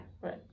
right